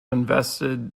invested